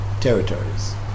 territories